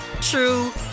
true